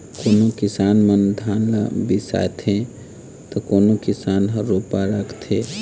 कोनो किसान मन धान ल बियासथे त कोनो किसान ह रोपा राखथे